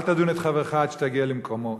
אל תדון את חברך עד שתגיע למקומו.